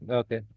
okay